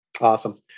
Awesome